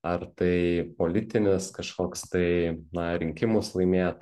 ar tai politinis kažkoks tai na rinkimus laimėt